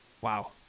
Wow